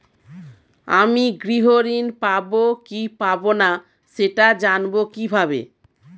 আমি গৃহ ঋণ পাবো কি পাবো না সেটা জানবো কিভাবে?